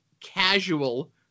casual